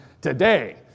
today